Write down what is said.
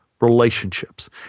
relationships